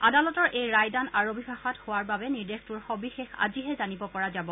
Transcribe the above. আদালতৰ এই ৰায়দান আৰবী ভাষাত হোৱাৰ বাবে নিৰ্দেশটোৰ সবিশেষ আজিহে জানিব পৰা যাব